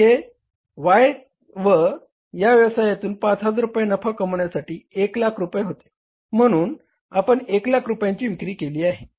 तर Y या व्यवसायातून 5000 रुपये नफा कमविण्यासाठी 100000 रुपये होते म्हणून आपण 100000 रुपयांची विक्री केली आहे